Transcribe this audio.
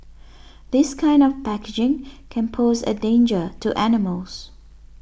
this kind of packaging can pose a danger to animals